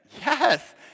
Yes